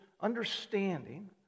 understanding